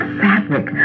fabric